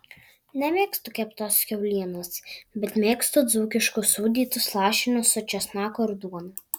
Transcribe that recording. nemėgstu keptos kiaulienos bet mėgstu dzūkiškus sūdytus lašinius su česnaku ir duona